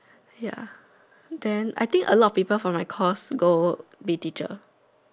ya then I think a lot of people from my course go be teacher